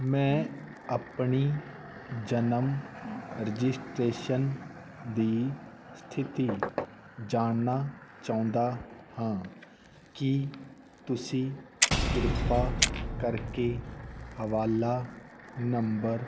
ਮੈਂ ਆਪਣੀ ਜਨਮ ਰਜਿਸਟ੍ਰੇਸ਼ਨ ਦੀ ਸਥਿਤੀ ਜਾਣਨਾ ਚਾਹੁੰਦਾ ਹਾਂ ਕੀ ਤੁਸੀਂ ਕਿਰਪਾ ਕਰਕੇ ਹਵਾਲਾ ਨੰਬਰ